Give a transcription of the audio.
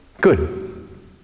Good